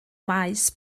maes